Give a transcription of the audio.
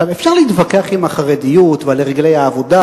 אפשר להתווכח עם החרדיות ועל הרגלי העבודה